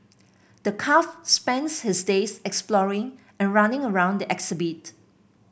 the calf spends his days exploring and running around the exhibit